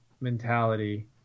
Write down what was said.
mentality